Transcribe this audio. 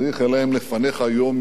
אלא הם לפניך יום-יום,